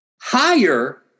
higher